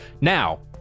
Now